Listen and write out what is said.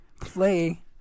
play